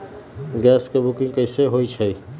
Gas के booking कैसे होईछई?